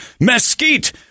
mesquite